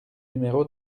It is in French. numéro